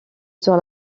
sur